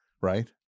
Right